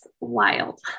wild